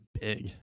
big